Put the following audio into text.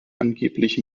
angeblich